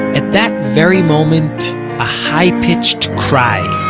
at that very moment a high-pitched cry